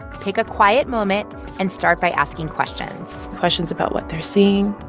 pick a quiet moment and start by asking questions questions about what they're seeing,